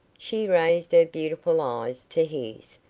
she raised her beautiful eyes to his,